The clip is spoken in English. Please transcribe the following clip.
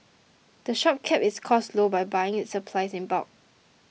the shop keeps its costs low by buying its supplies in bulk